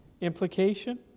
implication